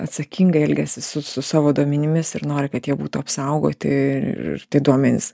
atsakingai elgiasi su su savo duomenimis ir nori kad jie būtų apsaugoti ir tai duomenys